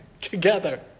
together